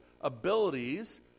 abilities